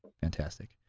Fantastic